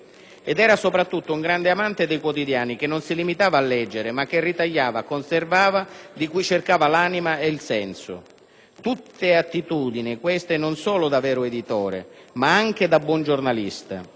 Ed era soprattutto un grande amante dei quotidiani, che non si limitava a leggere, ma che ritagliava, conservava e di cui cercava l'anima e il senso. Tutte attitudini queste non solo da vero editore, ma anche da buon giornalista.